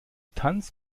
tanz